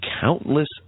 countless